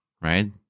right